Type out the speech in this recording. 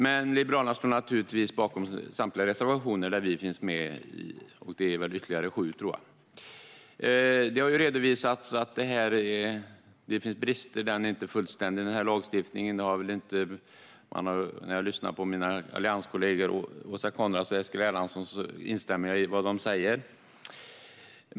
Men vi står naturligtvis bakom alla reservationer där vi finns med - det är ytterligare sju, tror jag. Det har redovisats att det finns brister i den här lagstiftningen och att den inte är fullständig. Jag har lyssnat på mina allianskollegor Åsa Coenraads och Eskil Erlandsson och instämmer i vad de säger.